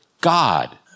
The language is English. God